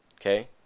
Okay